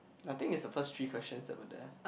I think it's the first three questions that were there